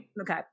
Okay